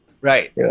Right